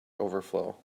overflow